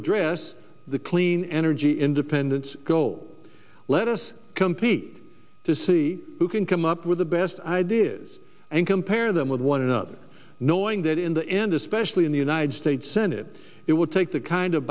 address the clean energy independence goal let us compete to see who can come up with the best ideas and compare them with one another knowing that in the end especially in the united states senate it would take the kind of